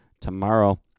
tomorrow